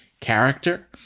character